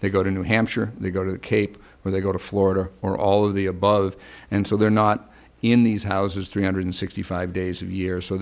they go to new hampshire they go to the cape or they go to florida or all of the above and so they're not in these houses three hundred sixty five days of years so